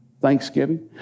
Thanksgiving